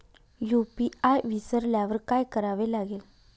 UPI विसरल्यावर काय करावे लागेल?